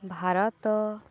Bharat